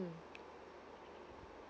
mm